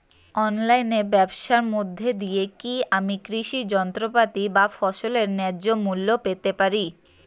অনলাইনে ব্যাবসার মধ্য দিয়ে কী আমি কৃষি যন্ত্রপাতি বা ফসলের ন্যায্য মূল্য পেতে পারি?